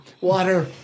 Water